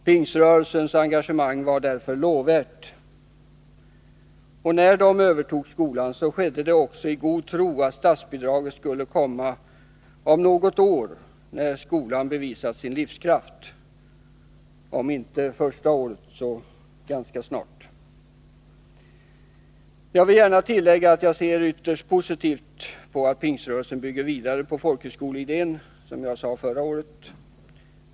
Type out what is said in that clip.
Pingströrelsens engagemang var därför lovvärt, och när den övertog skolan skedde det också i god tro. Man räknade med att statsbidraget skulle komma om något år, när skolan bevisat sin livskraft — om inte första året så ändå ganska snart. Jag vill gärna tillägga att jag ser ytterst positivt på att Pingströrelsen bygger vidare på folkhögskoleidén, som jag sade förra året.